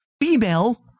female